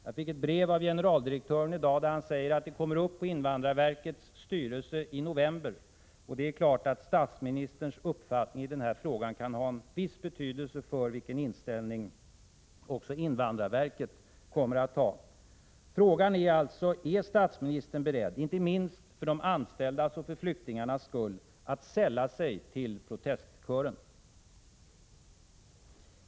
Jag fick ett brev från generaldirektören i dag, där han säger att ärendet kommer upp i invandrarverkets styrelse i november, och det är klart att statsministerns uppfattning i den här frågan kan ha en viss betydelse för vilken inställning också invandrarverket kommer att ha. Frågan är alltså: Är statsministern beredd, inte minst för de anställdas och flyktingarnas skull, att sälla sig till protestkören?